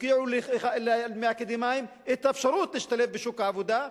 הפקיעו מהאקדמאים את האפשרות להשתלב בשוק העבודה,